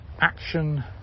action